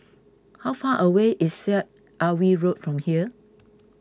how far away is Syed Alwi Road from here